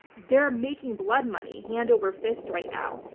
they're making blood money, hand over fist right now.